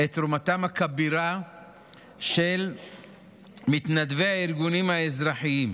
את תרומתם הכבירה של מתנדבי הארגונים האזרחיים,